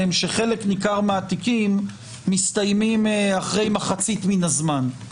שחלק ניכר מהתיקים מסתיימים אחרי מחצית מן הזמן.